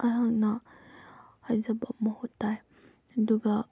ꯑꯩꯍꯥꯛꯅ ꯍꯥꯏꯖꯕ ꯃꯍꯨꯠ ꯇꯥꯏ ꯑꯗꯨꯒ